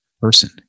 person